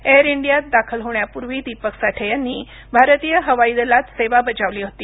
air इंडियात दाखल होण्यापूर्वी दीपक साठे यांनी भारतीय हवाई दलात सेवा बजावली होती